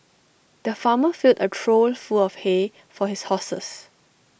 the farmer filled A trough full of hay for his horses